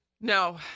No